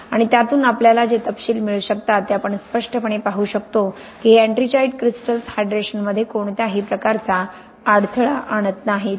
आणि त्यातून आपल्याला जे तपशील मिळू शकतात ते आपण स्पष्टपणे पाहू शकतो की हे एट्रिंजाइट क्रिस्टल्स हायड्रेशनमध्ये कोणत्याही प्रकारचा अडथळा आणत नाहीत